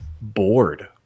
bored